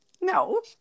No